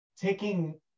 taking